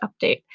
update